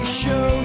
show